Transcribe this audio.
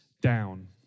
down